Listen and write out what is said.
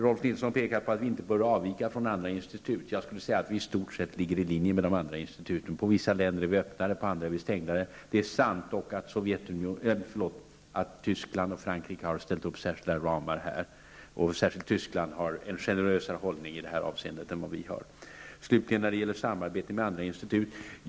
Rolf L Nilson påpekade att instituten i Sverige inte bör avvika från institut i andra länder. I stort sett ligger vi i linje med de andra instituten. När det gäller vissa länder är vi öppnare och beträffande andra är vi mera stängda. Det är dock sant att Tyskland och Frankrike har ställt upp vissa ramar för Östeuropa, och särskilt Tyskland har en generösare hållning än vad vi har. Slutligen vill jag ta upp frågan om samarbete med andra institut.